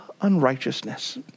unrighteousness